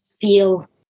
feel